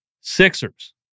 Sixers